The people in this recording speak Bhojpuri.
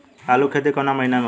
आलू के खेती कवना महीना में होला?